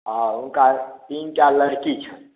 हॅं हुनका तीनटा लडकी छनि